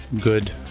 good